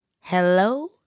Hello